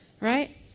Right